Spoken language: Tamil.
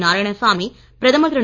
நாராயண சாமி பிரதமர் திரு